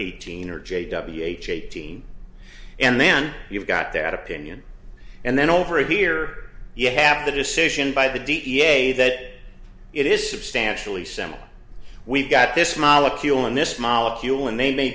eighteen or j w h eighteen and then you've got that opinion and then over here you have the decision by the da that it is substantially similar we've got this molecule in this molecule and they may